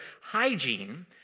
hygiene